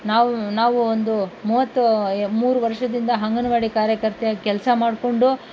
ನಾವು ನಾವು ಒಂದು ಮೂವತ್ತು ಮೂರು ವರ್ಷದಿಂದ ಅಂಗನವಾಡಿ ಕಾರ್ಯಕರ್ತೆಯಾಗಿ ಕೆಲಸ ಮಾಡಿಕೊಂಡು